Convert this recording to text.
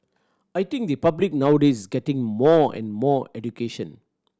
I think the public nowadays is getting more and more education